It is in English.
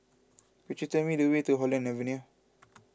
could you tell me the way to Holland Avenue